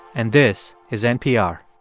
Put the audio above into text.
and this is npr